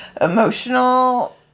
emotional